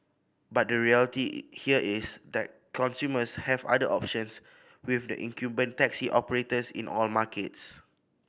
but the reality here is that consumers have other options with the incumbent taxi operators in all markets